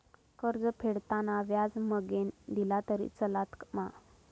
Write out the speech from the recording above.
कर्ज फेडताना व्याज मगेन दिला तरी चलात मा?